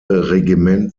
regiment